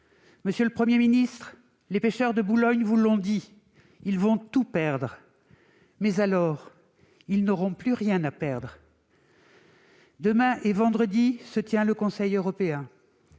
Monsieur le Premier ministre, les pêcheurs de Boulogne vous l'ont dit, ils vont tout perdre, mais, alors, ils n'auront plus rien à perdre. Demain et vendredi prochain se tient le Conseil européen.